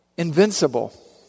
Invincible